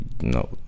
no